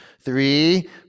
Three